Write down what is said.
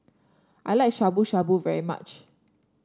I like Shabu Shabu very much